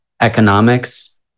economics